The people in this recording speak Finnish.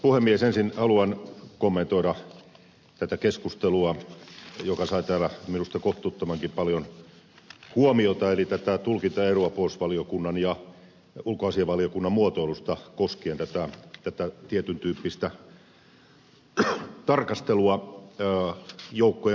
ensin haluan kommentoida tätä keskustelua joka sai täällä minusta kohtuuttomankin paljon huomiota eli tätä tulkintaeroa puolustusvaliokunnan ja ulkoasiainvaliokunnan muotoilussa koskien tietyn tyyppistä tarkastelua joukkojen kotiuttamisesta